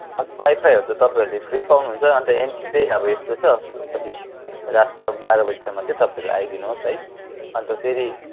वाइफाईहरू त तपाईँहरूले फ्री पाउनुहुन्छ अन्त एन्ट्री चाहिँ अब यस्तो छ कति रात चाहिँ अब बाह्र बजीसम्म चाहिँ तपाईँहरू आइदिनुहोस् है अन्त फेरि